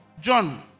John